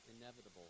inevitable